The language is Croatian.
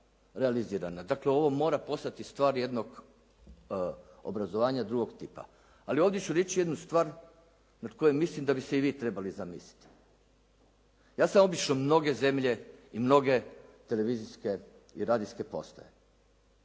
Dakle, ovo mora postati stvar jednog obrazovanja drugog tipa. Ali ovdje ću reći jednu stvar nad kojom mislim da bi se i vi trebali zamisliti. Ja sam obišao mnoge zemlje i mnoge televizijske i radijske postaje.